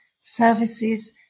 services